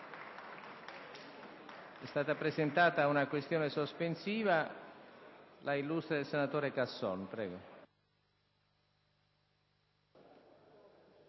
Grazie,